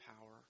power